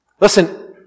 Listen